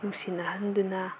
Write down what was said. ꯅꯨꯡꯁꯤꯅꯍꯟꯗꯨꯅ